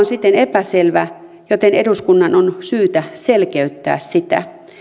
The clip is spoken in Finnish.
siten epäselvä joten eduskunnan on syytä selkeyttää sitä